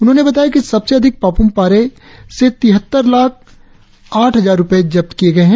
उन्होंने बताया कि सबसे अधिक पाप्रम पारे तिहत्तर लाख आठ हजार रुपए जब्त किये है